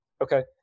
Okay